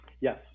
Yes